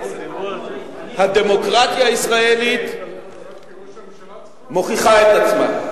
הדמוקרטיה הישראלית מוכיחה את עצמה.